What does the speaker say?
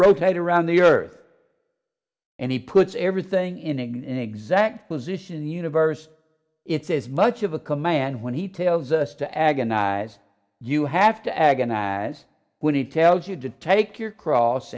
rotate around the earth and he puts everything in and exact position in the universe it's as much of a command when he tells us to agonize you have to agonize when he tells you to take your cross